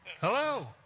Hello